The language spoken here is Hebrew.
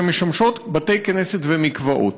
משמשות בתי כנסת ומקוואות.